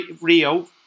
Rio